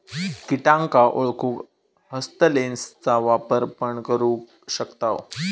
किटांका ओळखूक हस्तलेंसचा वापर पण करू शकताव